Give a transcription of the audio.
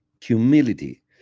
humility